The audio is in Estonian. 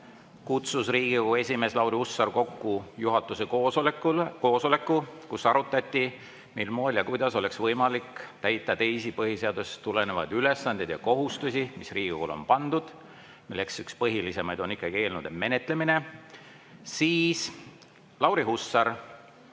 kutsus Riigikogu esimees Lauri Hussar kokku juhatuse koosoleku, kus arutati, mil moel ja kuidas oleks võimalik täita teisi põhiseadusest tulenevaid ülesandeid ja kohustusi, mis Riigikogule on pandud, millest üks põhilisemaid on ikkagi eelnõude menetlemine. Lauri Hussar